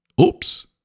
Oops